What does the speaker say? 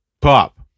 Pop